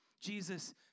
Jesus